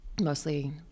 mostly